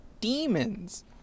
Demons